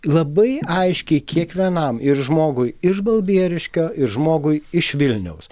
labai aiškiai kiekvienam ir žmogui iš balbieriškio ir žmogui iš vilniaus